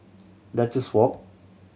Duchess Walk